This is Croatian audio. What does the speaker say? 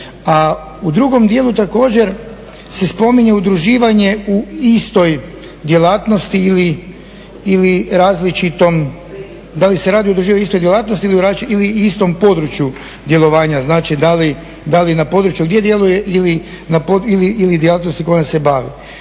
u drugom dijelu također se spominje udruživanje u istoj djelatnosti ili različitom, da li se radi o … istoj djelatnosti ili istom području djelovanja, da li na području gdje djeluje ili djelatnosti kojom se bavi.